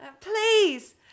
Please